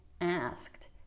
asked